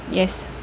yes